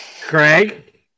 Craig